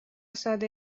ساده